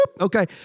okay